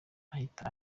ahita